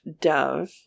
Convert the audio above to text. Dove